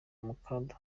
mukono